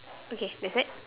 okay that's it